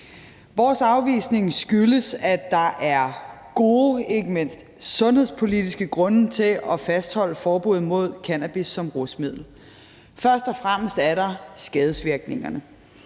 Vores afvisning skyldes, at der er gode, ikke mindst sundhedspolitiske grunde til at fastholde forbuddet mod cannabis som rusmiddel. Først og fremmest er der skadesvirkningerne.